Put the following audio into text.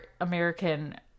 American